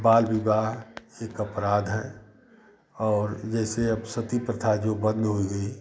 बाल विवाह एक अपराध है और जैसे अब सती प्रथा जो बन्द हो गई